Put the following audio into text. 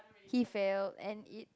he failed and it's